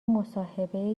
مصاحبه